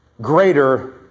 greater